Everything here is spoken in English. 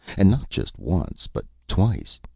and not just once, but twice.